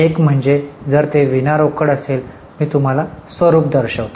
एक म्हणजे जर ते विना रोकड असेल तर मी तुम्हाला स्वरूप दर्शवतो